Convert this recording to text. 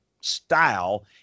style